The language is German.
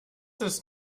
ist